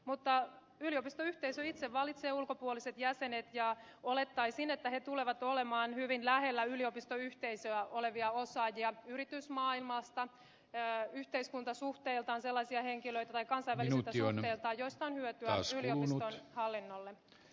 mutta yliopistoyhteisö itse valitsee ulkopuoliset jäsenet ja olettaisin että he tulevat olemaan hyvin lähellä yliopistoyhteisöä olevia osaajia yritysmaailmasta yhteiskuntasuhteiltaan tai kansainvälisiltä suhteiltaan sellaisia henkilöitä joista on hyötyä yliopiston hallinnolle